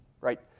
Right